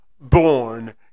born